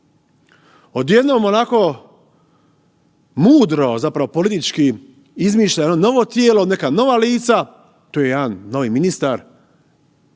Odjednom onako mudro, a zapravo politički izmišlja jedno novo tijelo, neka nova lica, tu je jedan novi ministar